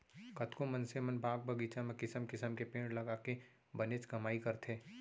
कतको मनसे मन बाग बगीचा म किसम किसम के पेड़ लगाके बनेच कमाई करथे